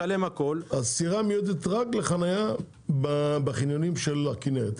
אז סירה מיועדת רק לחנייה בחניונים של הכנרת,